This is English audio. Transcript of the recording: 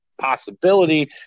possibility